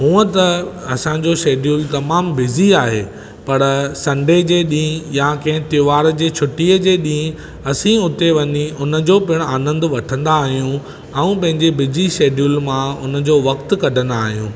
हूअं त असांजो शेड्यूल तमामु बिज़ी आहे पर संडे जे ॾींहुं या कंहिं त्योहार जे छुटीअ जे ॾींहुं असां हुते हुन जो पिणु आनंद वठंदा आहियूं ऐं पंहिंजे बिजी शेड्यूल मां हुन जो वक़्तु कढंदा आहियूं